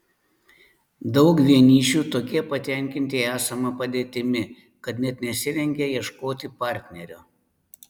daug vienišių tokie patenkinti esama padėtimi kad net nesirengia ieškoti partnerio